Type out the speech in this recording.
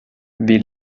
wie